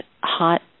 hot